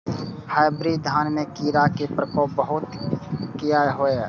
Hybrid धान में कीरा के प्रकोप बहुत किया होया?